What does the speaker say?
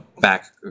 back